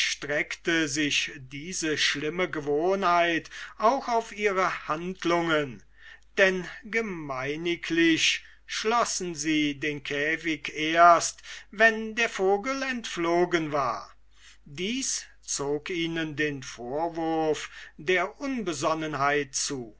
erstreckte sich diese schlimme gewohnheit auch auf ihre handlungen denn gemeiniglich schlossen sie den käfig erst wenn der vogel entflogen war dies zog ihnen den vorwurf der unbesonnenheit zu